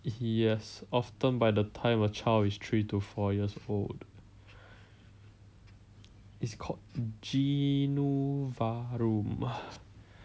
yes often by the time a child is three to four years old it's called genu varum